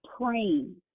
praying